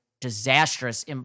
disastrous